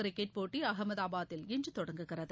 cricket போட்டி அகமதாபாத்தில் இன்று தொடங்குகிறது